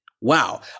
Wow